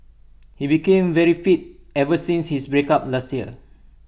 he became very fit ever since his breakup last year